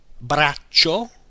braccio